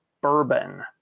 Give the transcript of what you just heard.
Bourbon